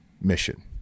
mission